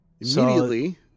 Immediately